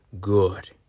good